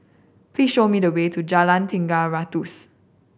please show me the way to Jalan Tiga Ratus